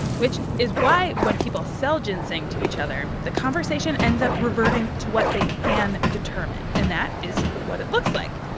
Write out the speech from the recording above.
which is why when people sell ginseng to each other, the conversation ends up reverting to what they can determine. and that is what it looks like,